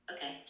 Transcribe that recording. Okay